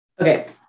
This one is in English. Okay